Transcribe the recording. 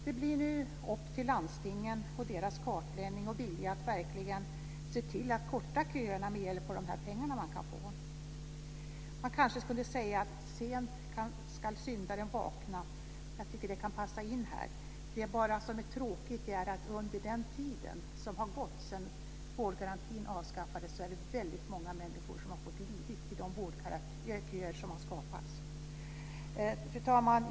Det blir nu upp till landstingen och deras kartläggning och vilja att verkligen se till att korta köerna med hjälp av de pengar som de kan få. Sent ska syndaren vakna är ett uttryck som kan passa in här. Det tråkiga är dock att under den tid som har gått sedan vårdgarantin avskaffades är det väldigt många människor som har fått lida i de vårdköer som har skapats. Fru talman!